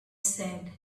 said